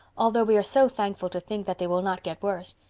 although we are so thankful to think that they will not get worse.